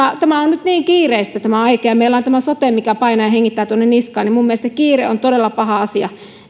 tämä aika on nyt niin kiireistä ja meillä on tämä sote mikä painaa ja hengittää tuonne niskaan minun mielestäni kiire on todella paha